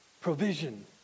provision